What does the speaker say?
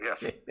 Yes